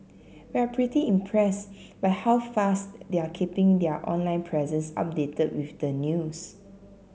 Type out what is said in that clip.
we're pretty impressed by how fast they're keeping their online presence updated with the news